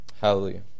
Hallelujah